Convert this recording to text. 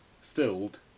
filled